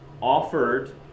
offered